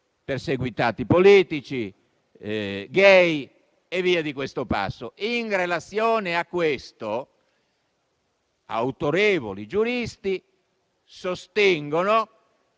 perseguitati politici, *gay* e via di questo passo. In relazione a questo, autorevoli giuristi sostengono